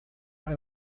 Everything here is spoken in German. ein